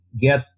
get